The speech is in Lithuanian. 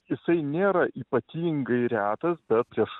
jisai nėra ypatingai retas bet prieš